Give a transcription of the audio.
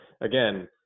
again